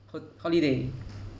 ho~ holiday